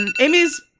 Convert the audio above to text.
Amy's